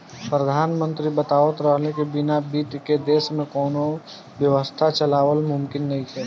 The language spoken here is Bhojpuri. प्रधानमंत्री बतावत रहले की बिना बित्त के देश में कौनो व्यवस्था चलावल मुमकिन नइखे